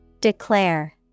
Declare